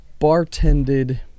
bartended